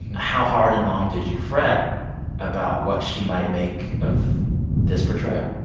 how hard and long did you fret about what she might make of this portrayal?